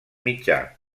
mitjà